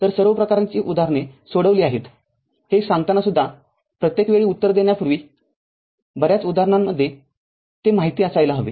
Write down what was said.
तर सर्व प्रकारची उदाहरणे सोडविली आहेत ते सांगताना सुद्धा प्रत्येक वेळी उत्तर देण्यापूर्वी बऱ्याच उदाहरणांमध्ये ते माहिती असायला हवे